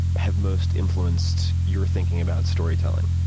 have most influenced your thinking about storytelling?